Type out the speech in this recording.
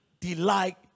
delight